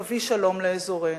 תביא שלום לאזורנו.